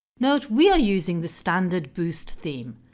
note we are using the standard boost theme,